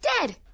dead